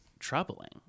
troubling